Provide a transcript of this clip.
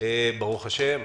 ברוך השם.